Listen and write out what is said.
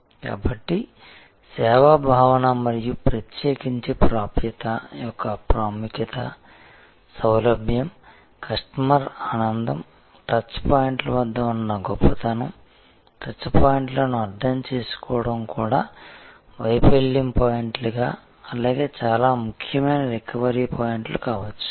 కాబట్టి సేవ భావన మరియు ప్రత్యేకించి ప్రాప్యత యొక్క ప్రాముఖ్యత సౌలభ్యం కస్టమర్ ఆనందం టచ్ పాయింట్ల వద్ద ఉన్న గొప్పతనం టచ్ పాయింట్లను అర్థం చేసుకోవడం కూడా వైఫల్యం పాయింట్లు అలాగే చాలా ముఖ్యమైన రికవరీ పాయింట్లు కావచ్చు